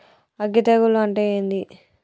అగ్గి తెగులు అంటే ఏంది?